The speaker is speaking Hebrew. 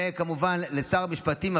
וכמובן לשר המשפטים,